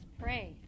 pray